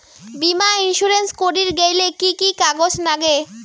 বীমা ইন্সুরেন্স করির গেইলে কি কি কাগজ নাগে?